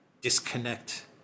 disconnect